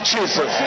Jesus